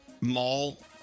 mall